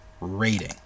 rating